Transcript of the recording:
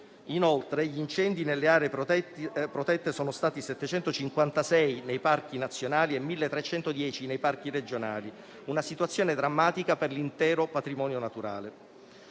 Inoltre, gli incendi nelle aree protette sono stati 756 nei parchi nazionali e 1.310 nei parchi regionali. È una situazione drammatica per l'intero patrimonio naturale.